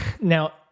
now